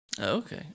Okay